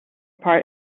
part